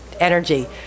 Energy